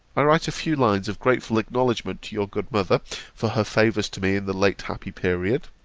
i write a few lines of grateful acknowledgement to your good mother for her favours to me in the late happy period.